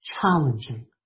challenging